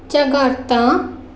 Jakarta